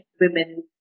women